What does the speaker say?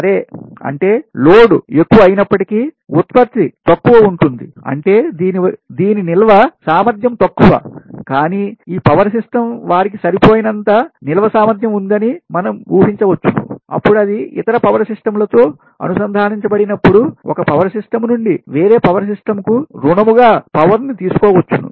సరే అంటే లోడ్ ఎక్కువ అయినప్పటికీ ఉత్పత్తి తక్కువ ఉంటుంది అంటే దీని నిల్వ సామర్థ్యం తక్కువ కానీ ఈ పవర్ సిస్టం వ్యవస్థ వారికి సరిపోయినంత నిల్వ సామర్థ్యం ఉందని మనము ఊహించ వచ్చును అప్పుడు అది ఇతర పవర్ సిస్టమ్ లతో అనుసంధానించబడినప్పుడు ఒక పవర్ సిస్టమ్ నుండి వేరే పవర్ సిస్టమ్ కు రుణము గా పవర్ ని తీసుకోవచ్చును